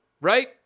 right